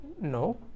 no